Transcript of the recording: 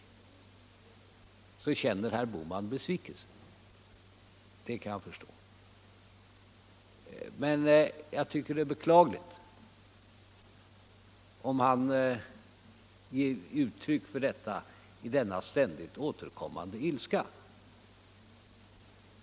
Det kan jag som sagt förstå, men jag tycker det är beklagligt om han ger uttryck för detta i denna ständigt återkommande ilska.